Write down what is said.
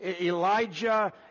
Elijah